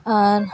ᱟᱨ